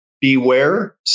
beware